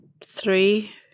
three